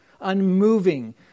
unmoving